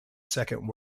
second